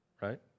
right